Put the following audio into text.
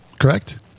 correct